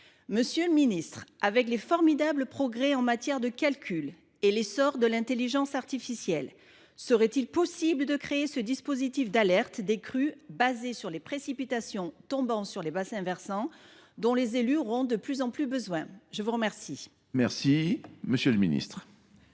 Monsieur le ministre, avec les formidables progrès en matière de calcul et l’essor de l’intelligence artificielle, serait il possible de créer un dispositif d’alerte des crues fondées sur les précipitations tombant sur les bassins versants, ce dont les élus auront de plus en plus besoin ? La parole est à M. le ministre.